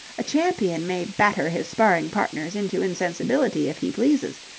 a champion may batter his sparring-partners into insensibility if he pleases,